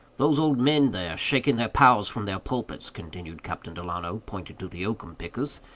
those old men there, shaking their pows from their pulpits, continued captain delano, pointing to the oakum-pickers,